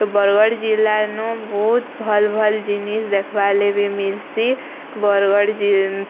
ବରଗଡ଼ ଜିଲ୍ଲାନୁ ବୋହୁତ୍ ଭଲ୍ ଭଲ୍ ଜିନିଷ୍ ଦେଖବାର୍ ଲାଗି ବି ମିଲସି ବରଗଡ଼